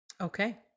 Okay